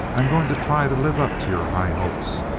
i'm going to try to live up to your high hopes.